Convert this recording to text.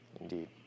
Indeed